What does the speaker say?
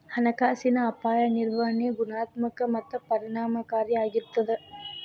ಹಣಕಾಸಿನ ಅಪಾಯ ನಿರ್ವಹಣೆ ಗುಣಾತ್ಮಕ ಮತ್ತ ಪರಿಣಾಮಕಾರಿ ಆಗಿರ್ತದ